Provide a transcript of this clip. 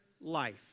life